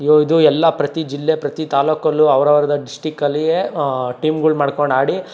ಇದು ಎಲ್ಲ ಪ್ರತಿ ಜಿಲ್ಲೆ ಪ್ರತಿ ತಾಲ್ಲೂಕಲ್ಲೂ ಅವ್ರು ಅವ್ರದ್ದು ಡಿಶ್ಟಿಕಲ್ಲಿಯೇ ಟೀಮ್ಗಳು ಮಾಡ್ಕೊಂಡು ಆಡಿ